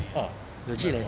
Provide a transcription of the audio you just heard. orh legit de leh